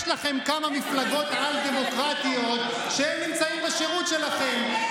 יש לכם כמה מפלגות על-דמוקרטיות שנמצאות בשירות שלכם,